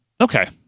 okay